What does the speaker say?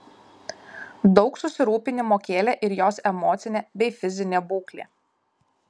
daug susirūpinimo kėlė ir jos emocinė bei fizinė būklė